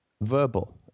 verbal